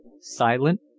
silent